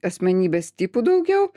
asmenybės tipų daugiau